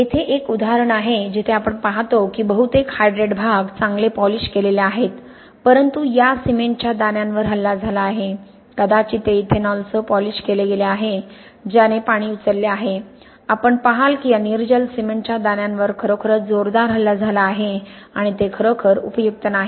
येथे एक उदाहरण आहे जिथे आपण पाहतो की बहुतेक हायड्रेट भाग चांगले पॉलिश केलेले आहेत परंतु या सिमेंटच्या दाण्यांवर हल्ला झाला आहे कदाचित ते इथेनॉलसह पॉलिश केले गेले आहे ज्याने पाणी उचलले आहे आपण पहाल की या निर्जल सिमेंटच्या दाण्यांवर खरोखरच जोरदार हल्ला झाला आहे आणि ते खरोखर उपयुक्त नाही